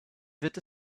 wird